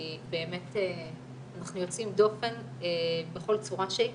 באמת אנחנו יוצאים דופן בכל צורה שהיא.